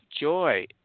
joy